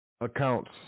accounts